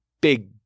big